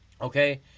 Okay